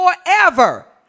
forever